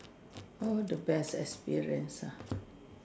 oh the best experience ah